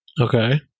Okay